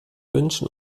wünschen